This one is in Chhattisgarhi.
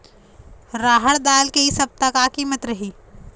रहड़ दाल के इ सप्ता का कीमत रही?